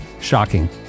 Shocking